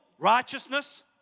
righteousness